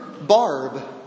Barb